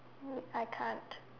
um I can't